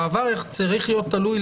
המעבר צריך להיות תלוי,